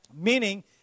Meaning